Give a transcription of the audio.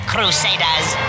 Crusaders